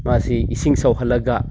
ꯃꯥꯁꯤ ꯏꯁꯤꯡ ꯁꯧꯍꯜꯂꯒ